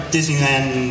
Disneyland